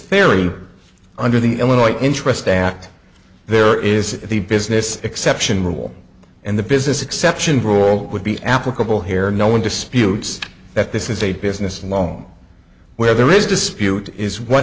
theory under the illinois interest act there is the business exception rule and the business exception rule would be applicable here no one disputes that this is a business loan where there is dispute is what